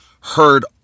heard